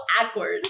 awkward